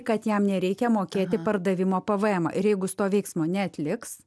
kad jam nereikia mokėti pardavimo pvmą ir jeigu jis to veiksmo neatliks